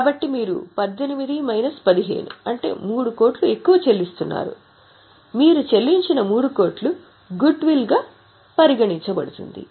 కాబట్టి మీరు 18 మైనస్ 15 3 కోట్లు ఎక్కువ చెల్లిస్తున్నారు మీరూ చెల్లించిన 3 కోట్లు గుడ్ విల్ గా పరిగణించబడుతుంది